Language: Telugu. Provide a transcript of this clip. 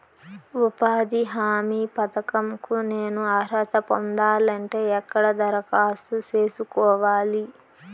ఉపాధి హామీ పథకం కు నేను అర్హత పొందాలంటే ఎక్కడ దరఖాస్తు సేసుకోవాలి?